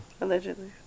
Allegedly